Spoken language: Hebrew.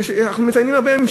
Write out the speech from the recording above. אנחנו מציינים הרבה ימים,